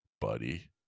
buddy